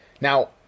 Now